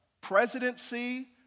presidency